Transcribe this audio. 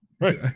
right